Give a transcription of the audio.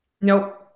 Nope